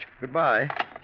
Goodbye